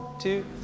two